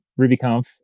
RubyConf